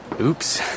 Oops